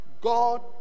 God